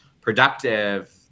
productive